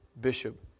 Bishop